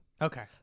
Okay